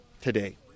Today